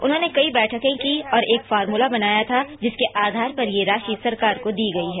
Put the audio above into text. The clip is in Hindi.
उन्होंने कई बैठकें की और एक फॉर्मूला बनाया था जिसके आधार पर यह राशि सरकार को दी गई है